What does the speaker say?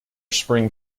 spring